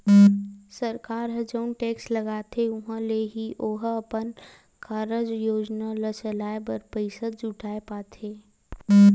सरकार ह जउन टेक्स लगाथे उहाँ ले ही ओहा अपन कारज योजना ल चलाय बर पइसा जुटाय पाथे